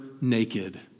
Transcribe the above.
naked